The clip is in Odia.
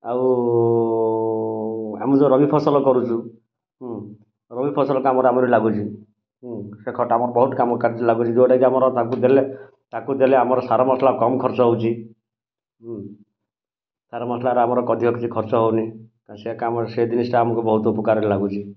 ଆଉ ଆମେ ଯେଉଁ ରବି ଫସଲ କରୁଛୁ ରବି ଫସଲ କାମରେ ଆମର ଲାଗୁଛି ସେ ଖତ ଆମର ବହୁତ କାମ କାର୍ଯ୍ୟରେ ଲାଗୁଛି ଯେଉଁଟାକି ଆମେ ତାଙ୍କୁ ଦେଲେ ତାକୁ ଦେଲେ ଆମର ସାର ମସଲା କମ୍ ଖର୍ଚ୍ଚ ହେଉଛି ତା'ର ମସଲାଟା ଆମର ଅଧିକ କିଛି ଖର୍ଚ୍ଚ ହେଉନି ସେ କାମ ସେ ଦିନିଷିଟା ଆମକୁ ଉପକାରରେ ଲାଗୁଛି